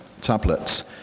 tablets